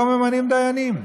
לא ממנים דיינים.